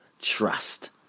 trust